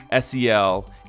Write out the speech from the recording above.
SEL